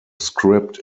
script